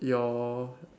your